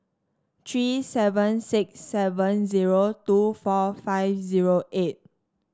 three seven six seven zero two four five zero eight